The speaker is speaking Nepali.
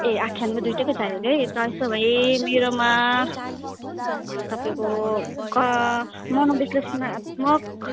ए आख्यानमा दुइवटाको चाहिएको है त्यसो भए मेरोमा तपाईँको क मनोविश्लेषणात्मक